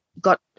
got